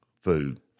food